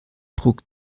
druck